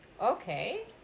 Okay